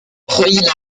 preuilly